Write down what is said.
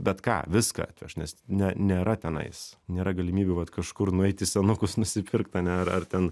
bet ką viską atvešt nes ne nėra tenais nėra galimybių vat kažkur nueit į senukus nusipirkt ane ar ar ten